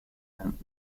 and